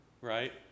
right